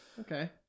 Okay